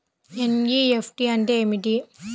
NEFT అంటే ఏమిటీ?